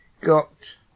got